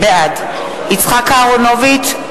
בעד יצחק אהרונוביץ,